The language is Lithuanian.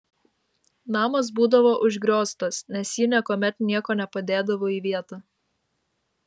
namas būdavo užgrioztas nes ji niekuomet nieko nepadėdavo į vietą